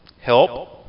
Help